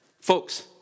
folks